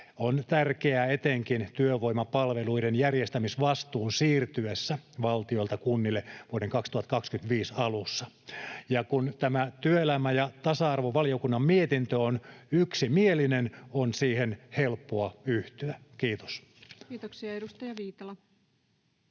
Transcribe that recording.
on tärkeää etenkin työvoimapalveluiden järjestämisvastuun siirtyessä valtiolta kunnille vuoden 2025 alussa. Ja kun tämä työelämä- ja tasa-arvovaliokunnan mietintö on yksimielinen, on siihen helppoa yhtyä. — Kiitos. [Speech 166]